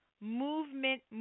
movement